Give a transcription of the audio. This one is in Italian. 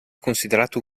considerato